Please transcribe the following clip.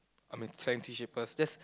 I mean selling tissue papers just